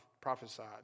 prophesied